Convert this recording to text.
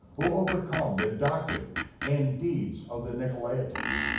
who overcome the doctrine and deeds of the nicolaitans.